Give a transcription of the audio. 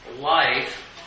life